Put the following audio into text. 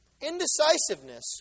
Indecisiveness